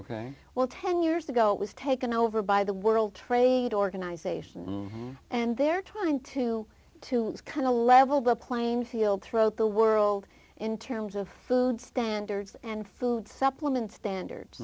ok well ten years ago it was taken over by the world trade organization and they're trying to to kind of level the playing field throw the world in terms of food standards and food supplement standards